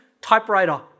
typewriter